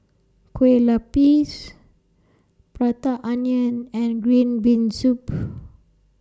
Kue Lupis Prata Onion and Green Bean Soup